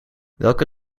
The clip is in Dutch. welke